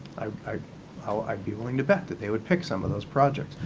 i'd i'd be willing to bet that they would pick some of those projects.